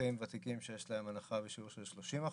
אזרחים ותיקים שיש להם הנחה בשיעור של 30%,